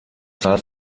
zahl